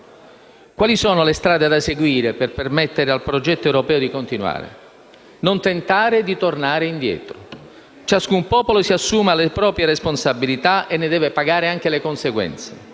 Quali sono le strade da seguire per permettere al progetto europeo di continuare? Non tentare di tornare indietro. Ciascun popolo si assume le proprie responsabilità e ne deve pagare le conseguenze.